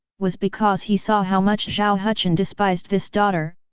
was because he saw how much zhao hucheng despised this daughter,